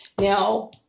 Now